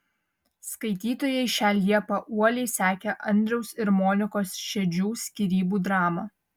skaitytojai šią liepą uoliai sekė andriaus ir monikos šedžių skyrybų dramą